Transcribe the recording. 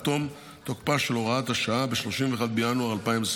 תום תוקפה של הוראת השעה ב-31 בינואר 2025,